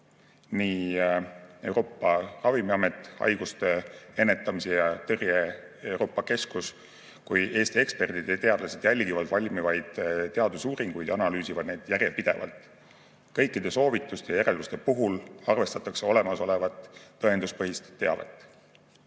Nii Euroopa Ravimiamet, Haiguste Ennetamise ja Tõrje Euroopa Keskus kui ka Eesti eksperdid ja teadlased jälgivad valmivaid teadusuuringuid ja analüüsivad neid järjepidevalt. Kõikide soovituste ja järelduste puhul arvestatakse olemasolevat tõenduspõhist teavet.